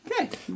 Okay